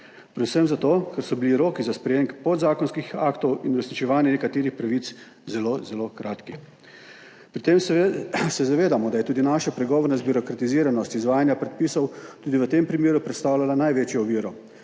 predvsem zato, ker so bili roki za sprejem podzakonskih aktov in uresničevanje nekaterih pravic zelo, zelo kratki. Pri tem se zavedamo, da je tudi naša pregovorna zbirokratiziranost izvajanja predpisov tudi v tem primeru predstavljala največjo oviro,